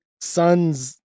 son's